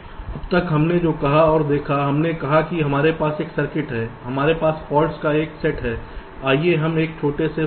इसलिए अब तक हमने जो कहा और देखा हमने कहा कि हमारे पास एक सर्किट है हमारे पास फॉल्ट्स का एक सेट है आइए हम एक छोटे से